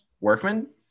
workman